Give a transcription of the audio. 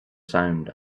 sound